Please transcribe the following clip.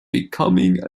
becoming